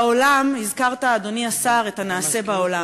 בעולם, הזכרת, אדוני השר, את הנעשה בעולם.